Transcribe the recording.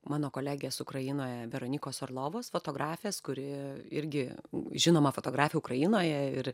mano kolegės ukrainoje veronykos orlovos fotografės kuri irgi žinoma fotografė ukrainoje ir